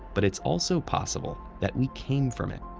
but it's also possible that we came from it.